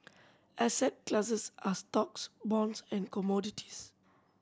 asset classes are stocks bonds and commodities